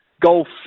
golf